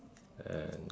and